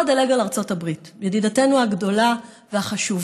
לא אדלג על ארצות הברית, ידידתנו הגדולה והחשובה.